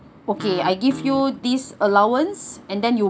okay I give you this allowance and then you